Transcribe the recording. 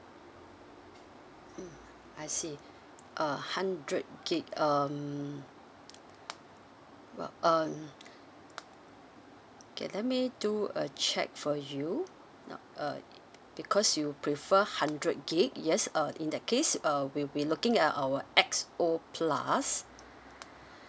mm I see a hundred gig um um okay let me do a check for you now uh because you prefer hundred gig yes uh in that case err we'll be looking at our X O plus